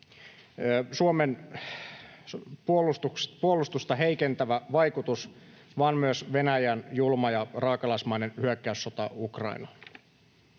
Suomen puolustusta heikentävä vaikutus, vaan myös Venäjän julma ja raakalaismainen hyökkäyssota Ukrainaan.